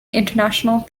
international